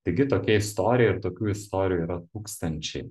taigi tokia istorija ir tokių istorijų yra tūkstančiai